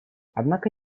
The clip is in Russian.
однако